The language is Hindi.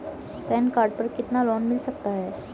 पैन कार्ड पर कितना लोन मिल सकता है?